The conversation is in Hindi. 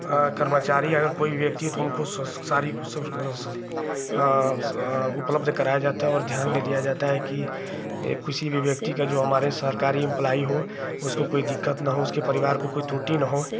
कर्मचारी कोई भी व्यक्ति हो सारी उपलब्ध कराया जाता है और ध्यान भी दिया जाता है की किसी भी व्यक्ति का जो हमारे सरकारी इम्प्लॉई हो उसको कोई दिक्कत ना हो उसके परिवार को कोई त्रुटि ना हो